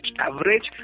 average